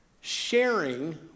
Sharing